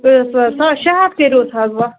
شےٚ ہَتھ کٔرِوُس حظ وٕ